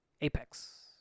Apex